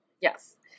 yes